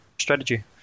strategy